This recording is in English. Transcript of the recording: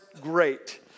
great